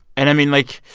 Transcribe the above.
and i mean, like,